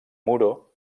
muro